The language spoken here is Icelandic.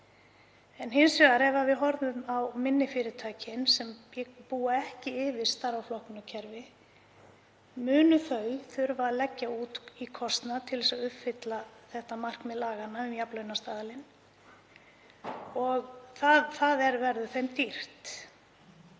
hins vegar á minni fyrirtækin sem búa ekki yfir starfaflokkunarkerfi þá munu þau þurfa að leggja út í kostnað til að uppfylla þetta markmið laganna um jafnlaunastaðalinn og það verður þeim dýrt.